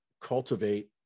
cultivate